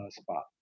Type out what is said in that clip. spot